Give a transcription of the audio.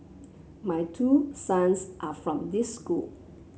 my two sons are from this school